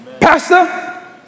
Pastor